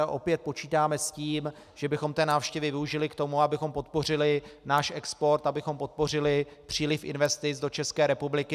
Opět počítáme s tím, že bychom návštěvy využili k tomu, abychom podpořili náš export, abychom podpořili příliv investic do České republiky.